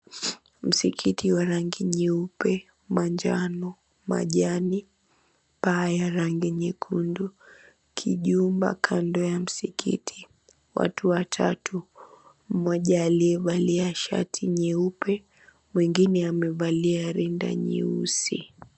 Msikiti wa rangi nyeupe, manjano, majani. Paa ya rangi nyekundu, kijumba kando ya msikiti, watu watatu, mmoja aliyevali shati nyeupe mwengine amevalia rinda nyeusi.